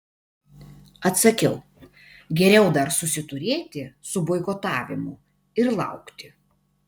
atsakiau geriau dar susiturėti su boikotavimu ir laukti